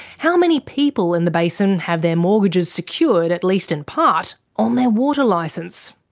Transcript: how many people in the basin have their mortgages secured, at least in part, on their water licence?